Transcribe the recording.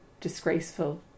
disgraceful